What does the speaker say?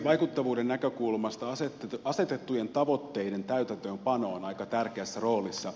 vaikuttavuuden näkökulmasta asetettujen tavoitteiden täytäntöönpano on aika tärkeässä roolissa